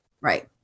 right